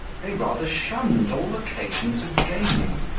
they rather shunned all occasions of gaming,